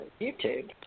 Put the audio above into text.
YouTube